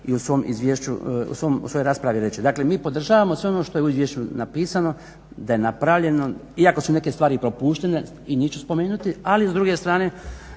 i u svojoj raspravi reći. Dakle, mi podržavamo sve ono što je u izvješću napisano, da je napravljeno, iako su neke stvari i propuštene i njih ću spomenuti, ali s druge strane